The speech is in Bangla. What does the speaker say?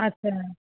আচ্ছা